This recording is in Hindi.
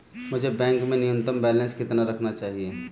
मुझे बैंक में न्यूनतम बैलेंस कितना रखना चाहिए?